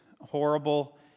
horrible